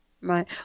right